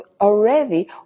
already